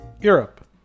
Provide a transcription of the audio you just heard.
europe